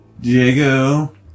Diego